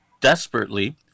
desperately